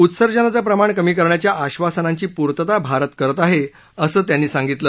उत्सर्जनाचं प्रमाण कमी करण्याच्या आब्वासनांची पूर्तता भारत करत आहे असं त्यांनी सांगितलं